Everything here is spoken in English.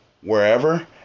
wherever